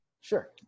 Sure